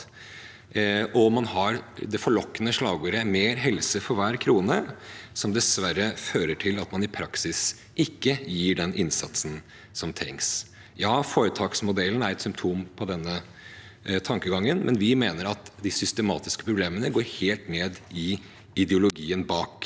og man har det forlokkende slagordet «mer helse for hver krone», som dessverre fører til at man i praksis ikke bidrar med den innsatsen som trengs. Ja, foretaksmodellen er et symptom på denne tankegangen, men vi mener at de systematiske problemene går helt ned i ideologien bak.